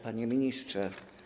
Panie Ministrze!